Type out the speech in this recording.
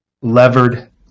levered